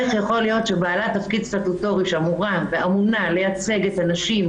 איך יכול להיות שבעלת תפקיד סטטוטורי שאמורה ואמונה לייצג את הנשים,